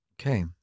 Okay